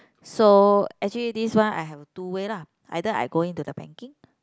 so actually this one I have two way lah either I go into the banking